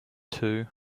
two